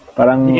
Parang